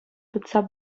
тытса